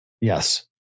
Yes